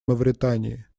мавритании